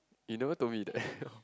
you never told me that